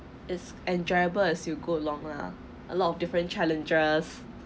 is enjoyable as you go along lah a lot of different challenges